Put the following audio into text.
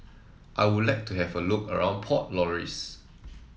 I would like to have a look around Port Louis